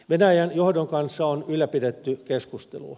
venäjän johdon kanssa on ylläpidetty keskustelua